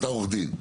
אתה עורך דין.